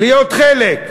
להיות חלק.